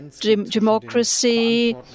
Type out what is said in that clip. democracy